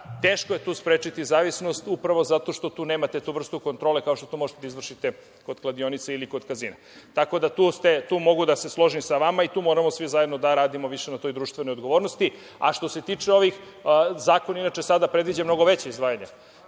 Teško je tu sprečiti zavisnost, upravo zato što tu nemate tu vrstu kontrole kao što to možete da izvršite kod kladionica ili kod kazina. Tako da, tu mogu da se složim sa vama i tu moramo svi zajedno da radimo više na toj društvenoj odgovornosti. Što se tiče ovih, zakon, inače, sada predviđa mnogo veća izdvajanja